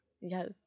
Yes